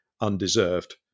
undeserved